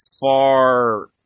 far